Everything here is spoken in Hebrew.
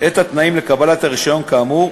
את התנאים לקבלת הרישיון כאמור,